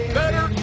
better